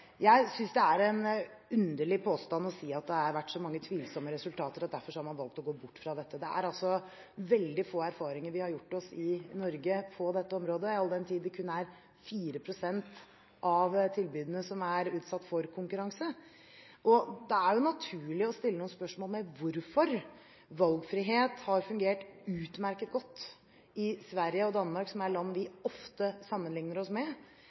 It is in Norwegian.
Jeg synes det er en underlig påstand at det har vært så mange tvilsomme resultater at man derfor har valgt å gå bort fra dette. Det er veldig få erfaringer vi i Norge har gjort oss på dette området, all den tid det kun er 4 pst. av tilbyderne som er utsatt for konkurranse. Det er naturlig å stille noen spørsmål om hvorfor valgfrihet har fungert utmerket godt i Sverige og Danmark, som er land vi ofte sammenligner oss med,